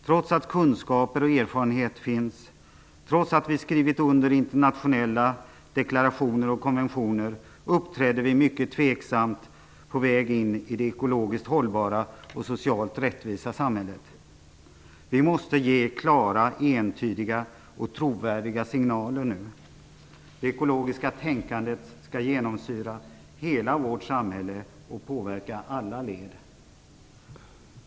Trots att kunskaper och erfarenhet finns, och trots att vi har skrivit under internationella deklarationer och konventioner uppträder vi mycket tvekande på väg in i det ekologiskt hållbara och socialt rättvisa samhället. Vi måste ge klara, entydiga och trovärdiga signaler nu. Det ekologiska tänkandet skall genomsyra hela vårt samhälle och påverka alla led.